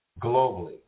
globally